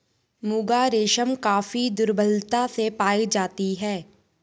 मुगा रेशम काफी दुर्लभता से पाई जाती है